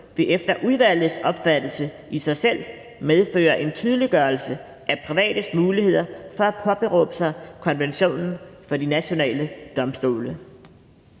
vil efter udvalgets opfattelse i sig selv medføre en tydeliggørelse af privates muligheder for at påberåbe sig konventionen for de nationale domstole«.